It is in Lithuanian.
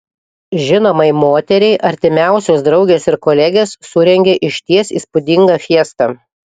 žinomai moteriai artimiausios draugės ir kolegės surengė išties įspūdingą fiestą